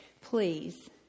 Please